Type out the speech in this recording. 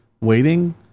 waiting